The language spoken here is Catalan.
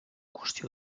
qüestió